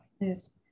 Yes